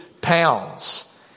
pounds